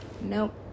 Nope